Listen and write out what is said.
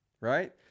right